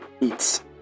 eats